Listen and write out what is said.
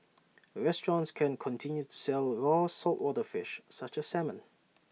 restaurants can continue to sell raw saltwater fish such as salmon